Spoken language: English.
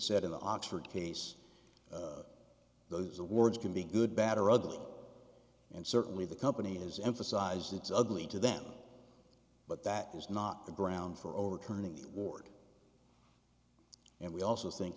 the oxford case those awards can be good bad or ugly and certainly the company has emphasized its ugly to them but that is not the ground for overturning the board and we also think